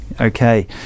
Okay